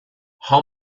how